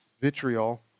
vitriol